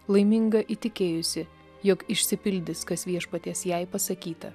laiminga įtikėjusi jog išsipildys kas viešpaties jai pasakyta